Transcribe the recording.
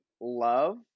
love